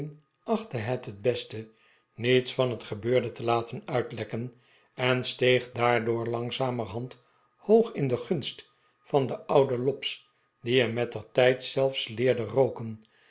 achtte het het beste niets van het gebeurde te laten uitlekken en steeg daardoor langzamerhand hoog in de gunst van den ouden lobbs die hem mettertijd zelfs leerde rooken